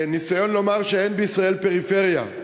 בניסיון לומר שאין בישראל פריפריה.